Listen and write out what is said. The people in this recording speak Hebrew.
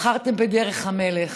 בחרתם בדרך המלך,